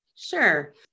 Sure